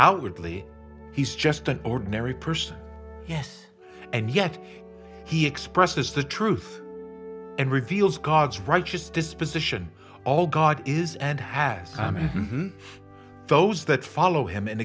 outwardly he's just an ordinary person yes and yet he expresses the truth and reveals god's righteous disposition all god is and has been those that follow him and